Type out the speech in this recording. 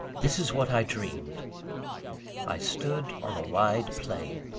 this is what i dreamed i stood on a wide plain.